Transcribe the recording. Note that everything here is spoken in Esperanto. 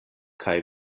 kaj